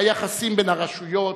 היחסים בין הרשויות,